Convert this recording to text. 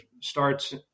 starts